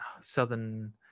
southern